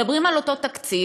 מדברים על אותו תקציב,